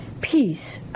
Peace